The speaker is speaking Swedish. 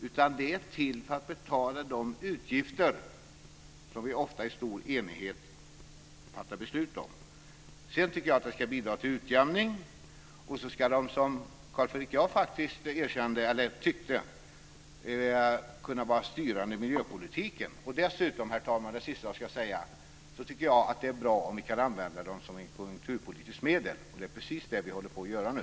Det är till för att betala de utgifter som vi ofta i stor enighet fattar beslut om. Sedan tycker jag att det ska bidra till utjämning, och så ska det, som Carl Fredrik Graf faktiskt tyckte, kunna vara styrande i miljöpolitiken. Dessutom, herr talman, tycker jag att det är bra om vi kan använda det som ett konjunkturpolitiskt medel. Det är precis det vi gör nu.